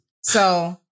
So-